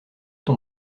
ton